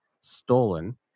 stolen